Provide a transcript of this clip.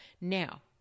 Now